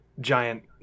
giant